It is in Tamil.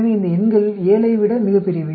எனவே இந்த எண்கள் 7 ஐ விட மிகப் பெரியவை